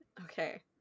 okay